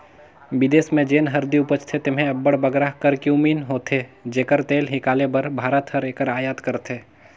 बिदेस में जेन हरदी उपजथे तेम्हें अब्बड़ बगरा करक्यूमिन होथे जेकर तेल हिंकाले बर भारत हर एकर अयात करथे